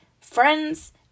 friends